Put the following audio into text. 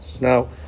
Now